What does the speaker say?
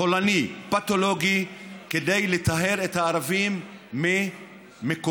חולני ופתולוגי כדי לטהר את הערבים ממקומם